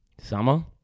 Summer